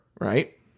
right